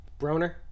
Broner